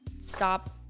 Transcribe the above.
Stop